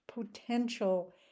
potential